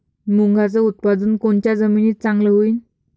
मुंगाचं उत्पादन कोनच्या जमीनीत चांगलं होईन?